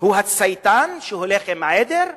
הוא הצייתן שהולך עם העדר,